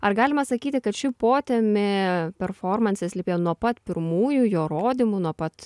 ar galima sakyti kad ši ploetmė performanse slypėjo nuo pat pirmųjų jo rodymų nuo pat